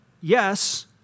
yes